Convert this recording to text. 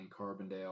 Carbondale